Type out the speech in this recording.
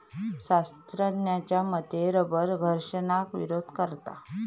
शास्त्रज्ञांच्या मते रबर घर्षणाक विरोध करता